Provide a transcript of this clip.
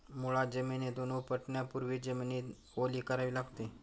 मुळा जमिनीतून उपटण्यापूर्वी जमीन ओली करावी लागते